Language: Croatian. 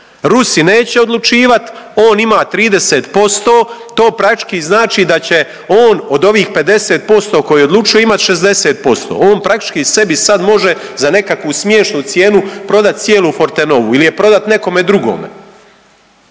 Rusi neće odlučivat, on ima 30% to praktički znači da će on od ovih 50% koji odlučuju imat 60%, on praktički sebi sad može za nekakvu smiješnu cijenu prodat cijelu Fortenovu ili je prodat nekom drugome.